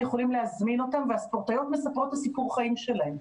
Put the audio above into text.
יכולים להזמין אותן והספורטאיות מספרות את סיפור החיים שלהן.